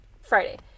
Friday